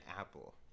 Apple